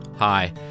Hi